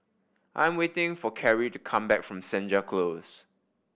I'm waiting for Kerri to come back from Senja Close